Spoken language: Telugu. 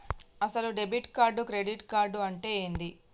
అసలు డెబిట్ కార్డు క్రెడిట్ కార్డు అంటే ఏంది?